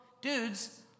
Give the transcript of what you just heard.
dudes